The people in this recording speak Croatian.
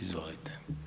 Izvolite.